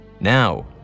Now